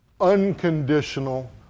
unconditional